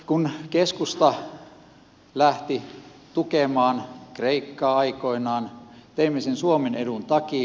kun keskusta lähti tukemaan kreikkaa aikoinaan teimme sen suomen edun takia